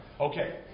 Okay